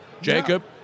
Jacob